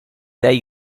dai